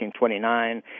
1929